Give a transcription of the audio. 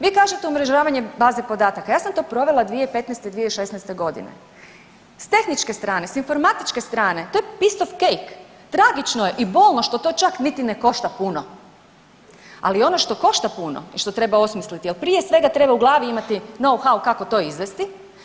Vi kažete umrežavanje baze podataka, ja sam to provela 2015.-2016.g., s tehničke strane, s informatičke strane to je pistov kejk, tragično je i bolno što to čak niti ne košta puno, ali ono što košta puno i što treba osmisliti, al prije svega treba u glavi imati nou hau kako to izvesti.